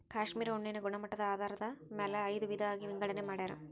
cashmere ಉಣ್ಣೆನ ಗುಣಮಟ್ಟದ ಆಧಾರದ ಮ್ಯಾಲ ಐದ ವಿಧಾ ಆಗಿ ವಿಂಗಡನೆ ಮಾಡ್ಯಾರ